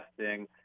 testing